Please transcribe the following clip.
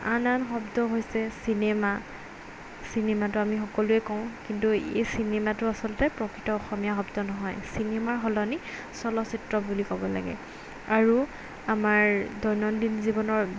আন আন শব্দ হৈছে চিনেমা চিনেমাটো আমি সকলোৱে কওঁ কিন্তু এই চিনেমাটো আচলতে প্ৰকৃত অসমীয়া শব্দ নহয় চিনেমাৰ সলনি চলচ্চিত্ৰ বুলি ক'ব লাগে আৰু আমাৰ দৈনন্দিন জীৱনৰ